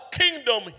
kingdom